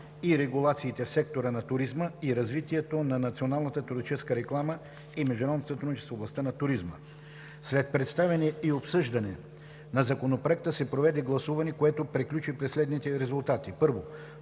и регулациите в сектора на туризма“ и „Развитие на националната туристическа реклама и международно сътрудничество в областта на туризма“. След представяне и обсъждане на Законопроекта се проведе гласуване, което приключи при следните резултати: 1. По